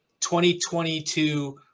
2022